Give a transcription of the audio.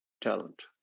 talent